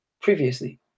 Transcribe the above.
previously